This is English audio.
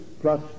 plus